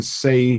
say